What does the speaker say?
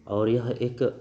और यह एक